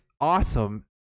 awesome